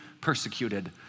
persecuted